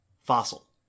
fossil